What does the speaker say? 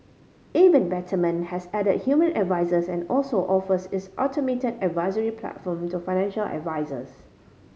even Betterment has added human advisers and also offers its automated advisory platform to financial advisers